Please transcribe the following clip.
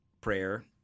prayer